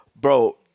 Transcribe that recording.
Bro